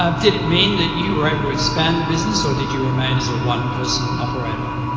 um did it mean that you were able to expand the business or did you remain as a one-person operator?